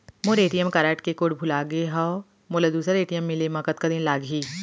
मोर ATM card के code भुला गे हव, मोला दूसर ए.टी.एम मिले म कतका दिन लागही?